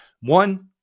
one